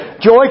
Joy